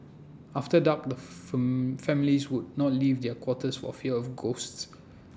after dark the fur families would not leave their quarters for fear of ghosts